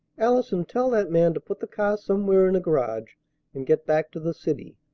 allison, tell that man to put the car somewhere in a garage and get back to the city.